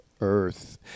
Earth